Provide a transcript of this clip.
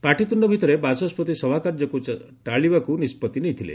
ପାଟିତୁଣ୍ଡ ଭିତରେ ବାଚସ୍କତି ସଭାକାର୍ଯ୍ୟକୁ ଚାଲିବାକୁ ନିଷ୍ପଭି ନେଇଥିଲେ